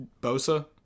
Bosa